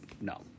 No